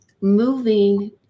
moving